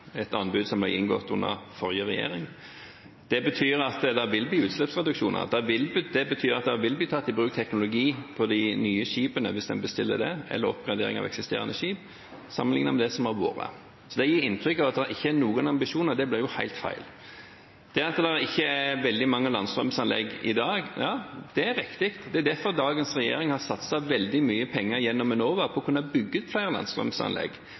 et anbud som ble inngått under forrige regjering. Det betyr at det vil bli utslippsreduksjoner. Det betyr at det vil bli tatt i bruk teknologi hvis en bestiller nye skip eller ved oppgradering av eksisterende skip, sammenlignet med det som har vært. Det å gi inntrykk av at det ikke er noen ambisjoner, blir helt feil. Det at det ikke er veldig mange landstrømsanlegg i dag, er riktig. Det er derfor dagens regjering har satset veldig mye penger gjennom Enova på å kunne bygge ut flere landstrømsanlegg.